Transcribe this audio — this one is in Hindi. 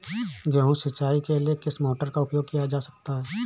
गेहूँ सिंचाई के लिए किस मोटर का उपयोग किया जा सकता है?